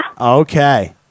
Okay